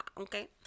okay